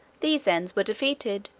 these ends were defeated,